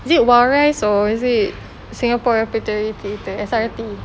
is it wild rice or is it singapore repertory theatre S_R_T